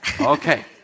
Okay